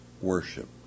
worship